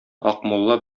акмулла